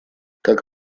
как